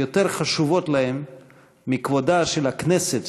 יותר חשובות להם מכבודם של הכנסת,